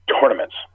tournaments